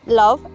love